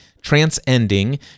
transcending